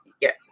yes